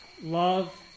Love